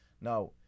Now